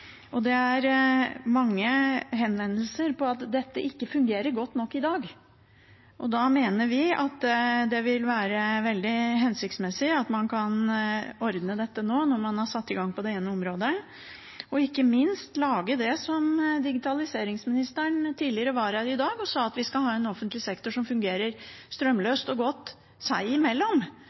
hørseltap. Det er mange henvendelser om at dette ikke fungerer godt nok i dag. Vi mener det vil være veldig hensiktsmessig å ordne dette nå når man har satt i gang på det ene området, og ikke minst det som digitaliseringsministeren var her i dag og sa, at vi skal ha en offentlig sektor som fungerer strømløst og godt seg imellom,